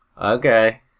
Okay